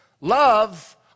Love